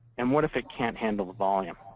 and what if it can't handle the volume,